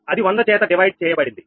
అది వంద చేత విభజన చేయబడింది